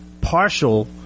partial